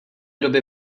doby